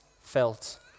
felt